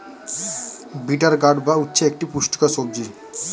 bitter gourd বা উচ্ছে একটি পুষ্টিকর সবজি